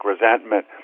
resentment